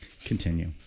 Continue